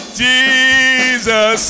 jesus